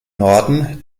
norden